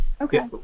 Okay